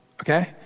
Okay